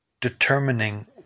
determining